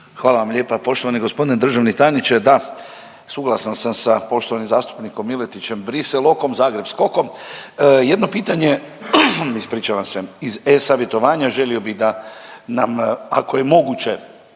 Hvala vam lijepa poštovani g. državni tajniče. Da, suglasan sam sa poštovanim zastupnikom Miletićem, Bruxelles okom, Zagreb skokom, jedno pitanje, ispričavam se. Iz e-Savjetovanja želio bih da nam ako je moguće